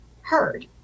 heard